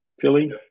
Philly